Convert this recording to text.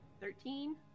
Thirteen